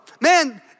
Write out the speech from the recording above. man